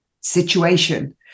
situation